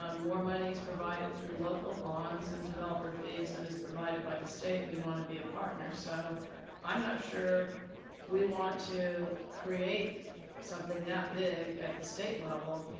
um more money is provided through local bonds and developer fees than and is provided by the state. we want to be a partner, so i'm not sure we want to create something that big at the state level.